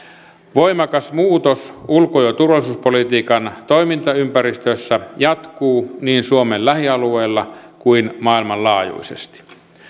voimakas muutos ulko ja turvallisuuspolitiikan toimintaympäristössä jatkuu niin suomen lähialueilla kuin maailmanlaajuisesti